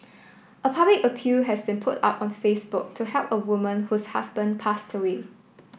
a public appeal has been put up on Facebook to help a woman whose husband passed away